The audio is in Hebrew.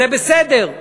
זה בסדר.